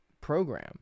program